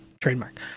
trademark